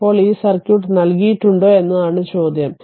ഇപ്പോൾ ഈ സർക്യൂട്ട് നൽകിയിട്ടുണ്ടോ എന്നതാണ് ചോദ്യം